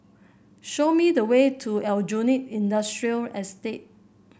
show me the way to Aljunied Industrial Estate